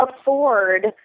afford